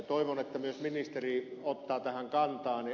toivon että myös ministeri ottaa tähän kantaa